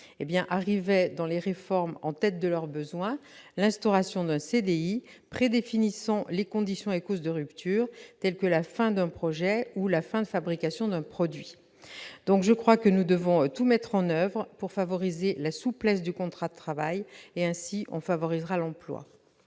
arrivait en tête de leurs besoins l'instauration d'un CDI prédéfinissant les conditions et causes de rupture, telles que la fin d'un projet ou la fin de fabrication d'un produit. Nous devons tout mettre en oeuvre pour favoriser la souplesse du contrat de travail. Ainsi, nous favoriserons l'emploi.